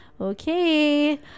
okay